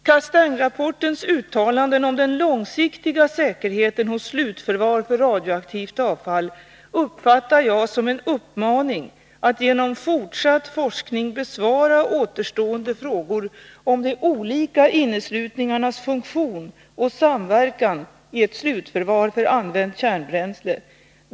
Castaingkommitténs uttalanden om den långsiktiga hanteringen hos slutförvar för radioaktivt avfall uppfattar jag som en uppmaning att genom fortsatt forskning besvara återstående frågor om de olika inneslutningarnas funktion och samverkan i ett slutförvar för använt kärnbränsle.